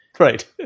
Right